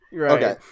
Okay